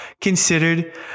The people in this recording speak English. considered